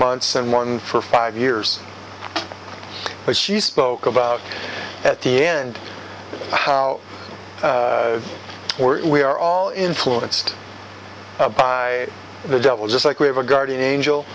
months and one for five years but she spoke about at the end how were we are all influenced by the devil just like we have a guardian angel